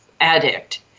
addict